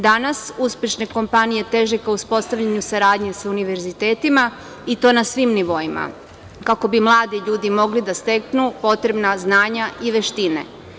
Danas uspešne kompanije teže ka uspostavljanju saradnje sa univerzitetima, i to na svim nivoima kako bi mladi ljudi mogli da steknu potrebna znanja i veštine.